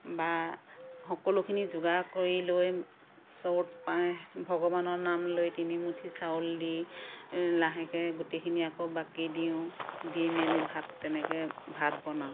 বা সকলোখিনি যোগাৰ কৰি লৈ চৰুত ভগৱানৰ নাম লৈ তিনি মুঠি চাউল দি লাহেকৈ গোটেইখিনি আকৌ বাকি দিওঁ দি মেলি ভাত তেনেকৈ ভাত বনাওঁ